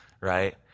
right